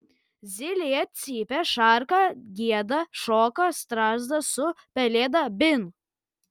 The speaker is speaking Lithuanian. zylė cypia šarka gieda šoka strazdas su pelėda bin